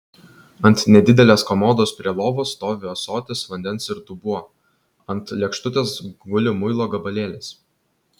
ant nedidelės komodos prie lovos stovi ąsotis vandens ir dubuo ant lėkštutės guli muilo gabalėlis